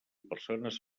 persones